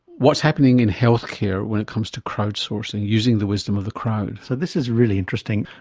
what's happening in healthcare when it comes to crowd-sourcing, using the wisdom of the crowd? so this is really interesting.